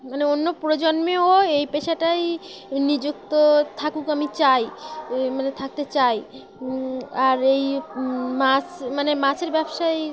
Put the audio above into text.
মানে অন্য প্রজন্মেও এই পেশাটাই নিযুক্ত থাকুক আমি চাই মানে থাকতে চাই আর এই মাছ মানে মাছের ব্যবসায়